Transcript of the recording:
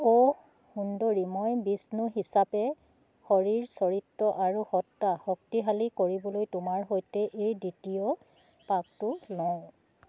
অ' সুন্দৰী মই বিষ্ণু হিচাপে শৰীৰ চৰিত্ৰ আৰু সত্ত্বা শক্তিশালী কৰিবলৈ তোমাৰ সৈতে এই দ্বিতীয় পাকটো লওঁ